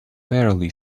barely